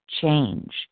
change